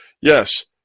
yes